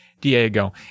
Diego